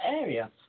area